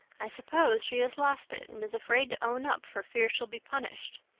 i suppose she has lost it and is afraid to own up for fear she'll be punished.